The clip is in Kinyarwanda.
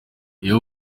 iyo